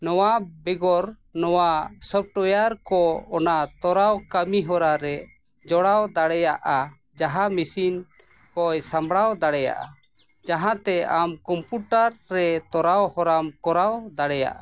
ᱱᱚᱣᱟ ᱵᱮᱜᱚᱨ ᱱᱚᱣᱟ ᱠᱚ ᱚᱱᱟ ᱛᱚᱨᱟᱣ ᱠᱟᱹᱢᱤ ᱦᱚᱨᱟ ᱨᱮ ᱡᱚᱲᱟᱣ ᱫᱟᱲᱮᱭᱟᱜᱼᱟ ᱡᱟᱦᱟᱸ ᱠᱚᱭ ᱥᱟᱢᱵᱽᱲᱟᱣ ᱫᱟᱲᱮᱭᱟᱜᱼᱟ ᱡᱟᱦᱟᱸᱛᱮ ᱟᱢ ᱨᱮ ᱛᱚᱨᱟᱣ ᱦᱚᱨᱟᱢ ᱠᱚᱨᱟᱣ ᱫᱟᱲᱮᱭᱟᱜᱼᱟ